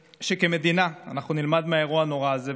שכמדינה אנחנו נלמד מהאירוע הנורא הזה,